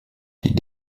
die